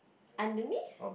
underneath